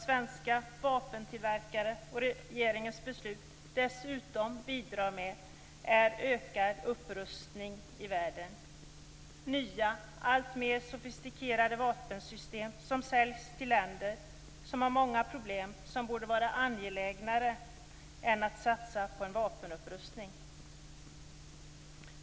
Svenska vapentillverkare och regeringens beslut bidrar dessutom till ökad upprustning i världen. Nya alltmer sofistikerade vapensystem säljs till länder som har många problem som borde vara angelägnare än en vapenupprustning.